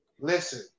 Listen